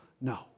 No